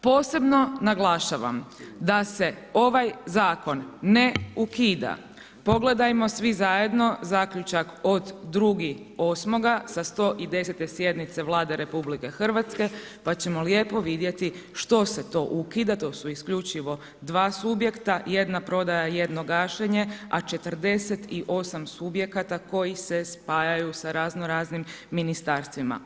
Posebno naglašavam da se ovaj zakon ne ukida, pogledajmo svi zajedno zaključak od 2.8. sa 110 sjednice Vlade RH pa ćemo lijepo vidjeti što se to ukida, to su isključivo dva subjekta, jedna prodaja, jedno gašenje, a 48 subjekata koji se spajaju sa razno raznim ministarstvima.